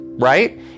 Right